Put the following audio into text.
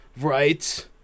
Right